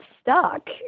stuck